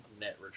net